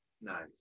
Nice